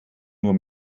nur